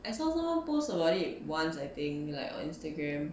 I saw someone post about it once I think like on instagram